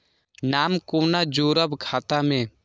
नाम कोना जोरब खाता मे